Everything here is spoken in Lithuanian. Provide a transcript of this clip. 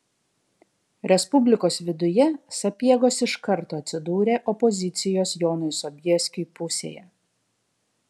respublikos viduje sapiegos iš karto atsidūrė opozicijos jonui sobieskiui pusėje